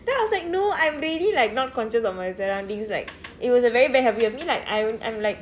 then I was like no I'm really like not conscious of my surroundings like it was a very bad habit of me like I'm I'm like